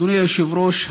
אדוני היושב-ראש,